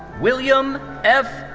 william f.